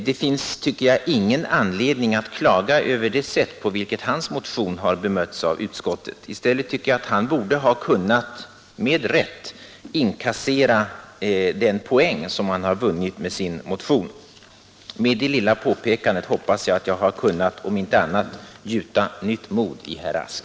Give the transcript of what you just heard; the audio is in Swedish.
Det finns, tycker jag, ingen anledning att klaga över det sätt på vilket hans motion har bemötts av utskottet. I stället tycker jag att han borde ha kunnat med rätt inkassera den poäng som han har vunnit med sin motion. Med det lilla påpekandet hoppas jag att jag har kunnat gjuta nytt mod i herr Rask.